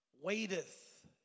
waiteth